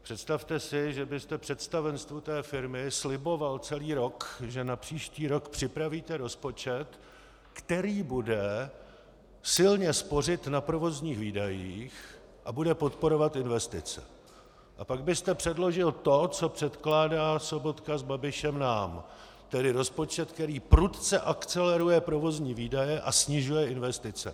Představte si, že byste představenstvu té firmy sliboval celý rok, že na příští rok připravíte rozpočet, který bude silně spořit na provozních výdajích a bude podporovat investice, a pak byste předložil to, co předkládá Sobotka s Babišem nám, tedy rozpočet, který prudce akceleruje provozní výdaje a snižuje investice.